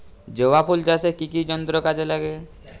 জবা ফুল চাষে কি কি যন্ত্র কাজে লাগে?